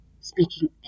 speaking